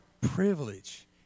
privilege